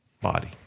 body